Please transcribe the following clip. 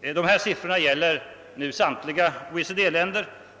Dessa siffror gäller samtliga OECD länder.